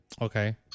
Okay